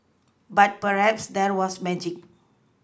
but perhaps there was magic